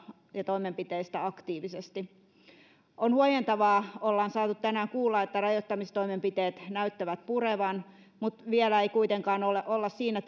ja toimenpiteistä aktiivisesti on huojentavaa kun ollaan saatu tänään kuulla että rajoittamistoimenpiteet näyttävät purevan mutta vielä ei kuitenkaan olla siinä